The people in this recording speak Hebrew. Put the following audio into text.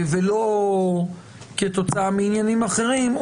ולא כתוצאה מעניינים אחרים,